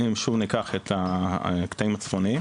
אם שוב ניקח את הקטעים הצפוניים,